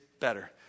better